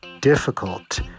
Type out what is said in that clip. difficult